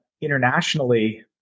internationally